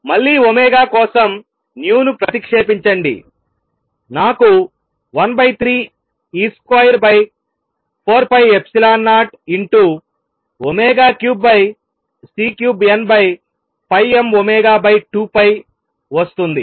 మళ్ళీ ఒమేగా కోసం nu ను ప్రతిక్షేపించండినాకు 13 e2 4ε0ω3 C3 nmω2 వస్తుంది